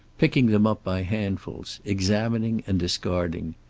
picking them up by handfuls, examining and discarding.